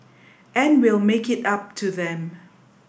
and we'll make it up to them